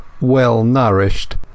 well-nourished